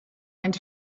and